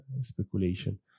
speculation